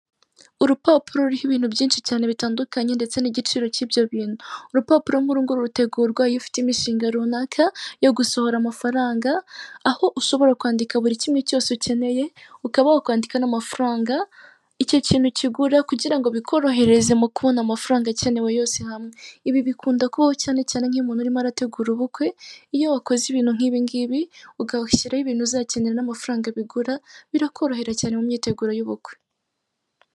Urupapuro ruriho ibintu byinshi cyane bitandukanye ndetse n'igiciro cy'ibyo bintu, urupapuro nk'urunguru rutegurwa iyo ufite imishinga runaka yo gusohora amafaranga, aho ushobora kwandika buri kimwe cyose ukeneye ukaba wakwandika n'amafaranga icyo kintu kigura kugira ngo bikorohereze mu kubona amafaranga akenewe yose hamwe. Ibi bikunda kubaho cyane cyane nk'iyo umuntu urimo arategura ubukwe, iyo wakoze ibintu nk'ibi ngibi ugashyiraho ibintu uzakenera n'amafaranga bigura birakorohera cyane mu myiteguro y'ubukwe.